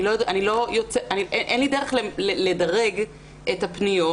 אין לי דרך לדרג את הפניות.